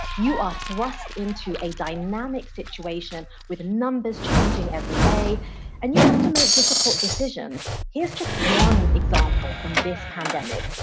you are thrust into a dynamic situation with numbers changing every day and you have to make difficult decisions. here's just one example from this pandemic.